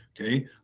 Okay